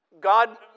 God